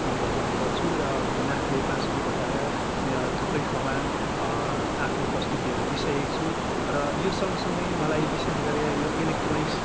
म बजाउने गर्छु र नाखले बाँसुरी बजाएर थुप्रै ठाउँमा आफ्नो प्रस्तुतीहरू दिइसकेकोछु र यो सँगसँगै मलाई विशेष गरेर यो एलेक्ट्रोनिक्स्